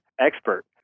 expert